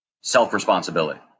self-responsibility